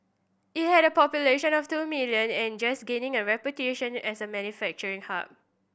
it had a population of two million and just gaining a reputation as a manufacturing hub